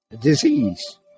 disease